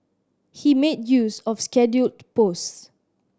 he made use of scheduled posts